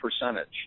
percentage –